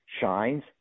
shines